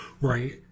right